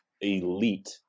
elite